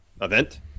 event